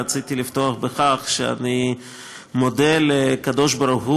רציתי לפתוח בכך שאני מודה לקדוש-ברוך-הוא